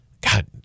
God